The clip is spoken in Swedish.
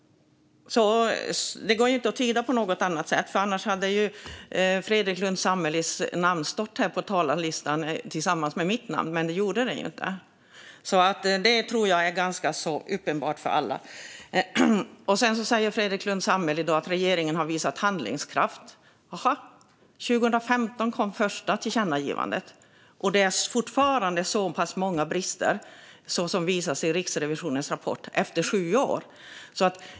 Det går inte att tyda på något annat sätt. Annars hade ju Fredrik Lundh Sammelis namn stått på talarlistan tillsammans med mitt namn. Det gjorde det inte, så jag tror det är ganska uppenbart för alla. Sedan säger Fredrik Lundh Sammeli att regeringen har visat handlingskraft. Jaha? År 2015 kom första tillkännagivandet. Efter sju år är det fortfarande så här pass många brister som visas i Riksrevisionens rapport.